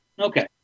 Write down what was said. Okay